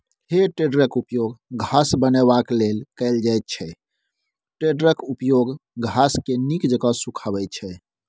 हे टेडरक उपयोग घास बनेबाक लेल कएल जाइत छै टेडरक उपयोग घासकेँ नीक जेका सुखायब छै